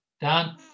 Dan